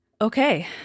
Okay